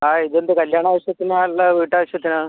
ആ ഇതെന്ത് കല്ല്യാണ ആവശ്യത്തിനാണോ അല്ല വീട്ടാവശ്യത്തിനാണോ